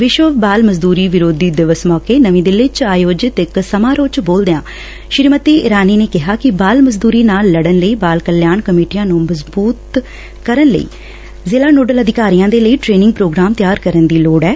ਵਿਸ਼ਵ ਬਾਲ ਮਜ਼ਦੂਰੀ ਵਿਰੋਧੀ ਦਿਵਸ ਮੌਕੇ ਨਵੀ ਦਿੱਲੀ ਚ ਆਯੋਜਿਤ ਇਕ ਸਮਾਰੋਹ ਚ ਬੋਲਦਿਆਂ ਸ੍ਰੀਮਤੀ ਇਰਾਨੀ ਨੇ ਕਿਹਾ ਕਿ ਬਾਲ ਮਜ਼ਦੁਰੀ ਨਾਲ ਲੜਨ ਲਈ ਬਾਲ ਕਲਿਆਣ ਕਮੇਟੀਆਂ ਨੂੰ ਮਜ਼ਬੂਤ ਕਰਨ ਲਈ ਜ਼ਿਲ੍ਹਾ ਨੋਡਲ ਅਧਿਕਾਰੀਆਂ ਦੇ ਲਈ ਟਰੇਨਿੰਗ ਪ੍ਰੋਗਰਾਮ ਤਿਆਰ ਕਰਨ ਦੀ ਲੋੜ ਐ